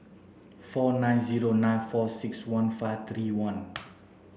four nine zero nine four six one five three one